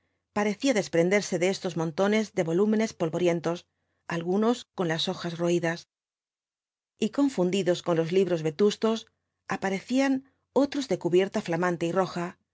parecía desprenderse de estos montones de volúmenes polvorientos algunos con las hojas roídas y confundidos con los libros vetustos aparecían otros de cubierta flamante y roja